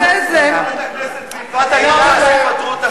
הזדמנות לדבר נגד אהוד ברק.